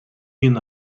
been